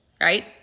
Right